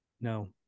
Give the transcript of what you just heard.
No